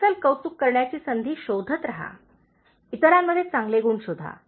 अस्सल कौतुक करण्याची संधी शोधत रहा इतरांमध्ये चांगले गुण शोधा